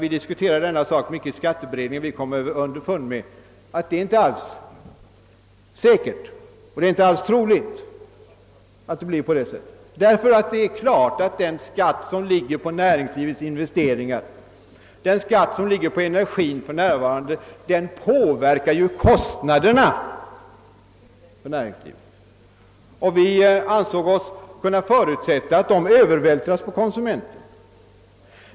Vi diskuterade detta i skatteberedningen och vi kom underfund om att det inte alls är troligt att det blir så, därför att det är klart att den skatt, som ligger på näringslivets investeringar och på energien för närvarande, påverkar kostnaderna för näringslivet, och vi ansåg oss kunna förutsätta att de övervältras på konsumenterna.